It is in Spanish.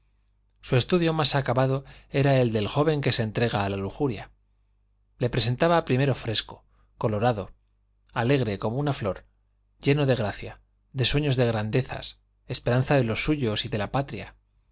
su estudio más acabado era el del joven que se entrega a la lujuria le presentaba primero fresco colorado alegre como una flor lleno de gracia de sueños de grandezas esperanza de los suyos y de la patria